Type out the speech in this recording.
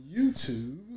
youtube